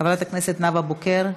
חברת הכנסת נאוה בוקר,